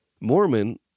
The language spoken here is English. Mormon